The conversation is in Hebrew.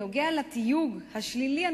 בעניין התיוג השלילי,